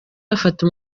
bafata